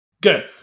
Good